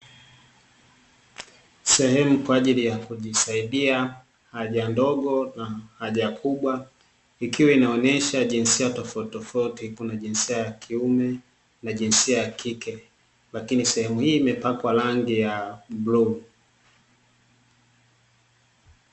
Sehemu kwa ajili ya kujisaidia haja ndogo na haja kubwa ikiwa inaonyesha jinsia tofautitofauti, kuna jinsia ya kiume na jinsia ya kike; lakini sehemu hii imepakwa rangi ya bluu.